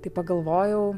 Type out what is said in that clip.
tai pagalvojau